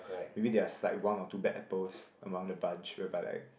maybe there are is like one or two bad apples among the bunch whereby like